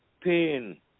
pain